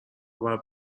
باید